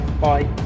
Bye